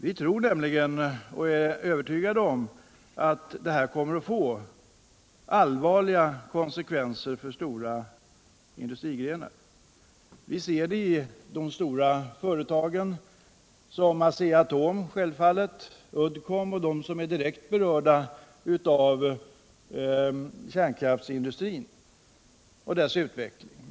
Vi tror nämligen, ja, vi är övertygade om att detta kommer att få allvarliga konsekvenser för stora industrigrenar. Vi ser det i de stora företagen, i Asea-Atom, självfallet, Uddcomb och de företag som är direkt berörda av kärnkraftsindustrin och dess utveckling.